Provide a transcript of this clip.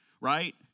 Right